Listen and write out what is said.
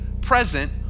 present